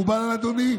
מקובל על אדוני?